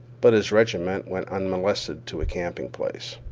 but his regiment went unmolested to a camping place,